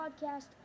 podcast